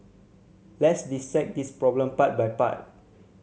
let's dissect this problem part by part